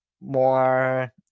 more